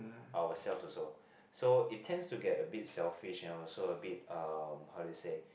ourselves also so it tends to get a bit selfish and also a bit uh how to say